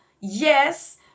yes